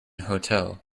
hotel